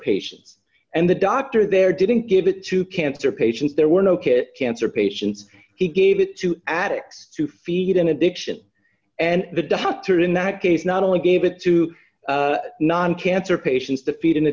patients and the doctor there didn't give it to cancer patients there were no kit cancer patients he gave it to addicts to feed an addiction and the doctor in that case not only gave it to non cancer patients to feed